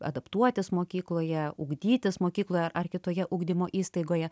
adaptuotis mokykloje ugdytis mokykloje ar kitoje ugdymo įstaigoje